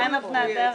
אז מהן אבני הדרך?